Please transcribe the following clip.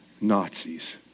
Nazis